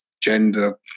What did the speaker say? Gender